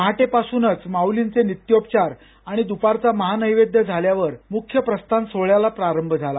पहाटेपासूनच माऊलींचे नित्योपचार आणि दुपारचा महानैवेद्य झाल्यावर मुख्य प्रस्थान सोहोळ्याला प्रारंभ झाला